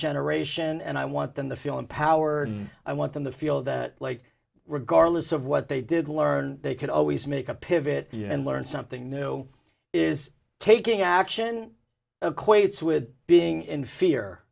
generation and i want them to feel empowered i want them to feel that like regardless of what they did learn they could always make a pivot and learn something new is taking action equates with being in fear